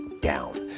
down